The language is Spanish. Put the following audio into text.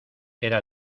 era